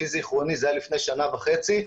האחרון לפי זכרוני היה לפני שנה וחצי,